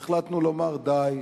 החלטנו לומר די,